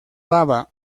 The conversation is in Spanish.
baba